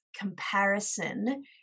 Comparison